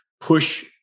push